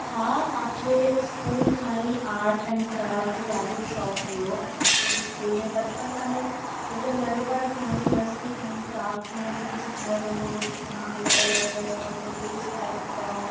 हा मूंखे स्कूल खां ई आर्ट ऐंड क्राफ्ट जो ॾाढो शौक़ु हुओ असांखे स्कूल में बचपन खां ई एकदम नंढपिण खां ई नर्सरी खां ई क्राफ्ट में असांखे सिखायो वेंदो हुओ की तव्हां अलॻि अलॻि बेस्ट आउट ऑफ वेस्ट ठाहे सघंदा आहियो